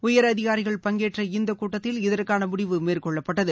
உயர் அதிகாரிகள் பங்கேற்ற இந்த கூட்டத்தில் இதற்கான முடிவு மேற்கொள்ளப்பட்டது